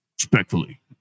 Respectfully